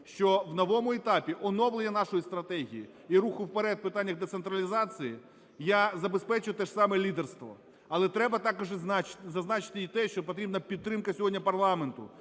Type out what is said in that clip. що в новому етапі оновлення нашої стратегії і руху вперед в питаннях децентралізації я забезпечу теж саме лідерство. Але треба також зазначити і те, що потрібна підтримка сьогодні парламенту.